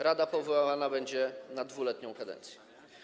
Rada powoływana będzie na 2-letnią kadencję.